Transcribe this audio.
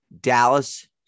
Dallas